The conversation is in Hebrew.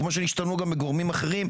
כמו שהשתנו גם גורמים אחרים,